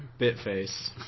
Bitface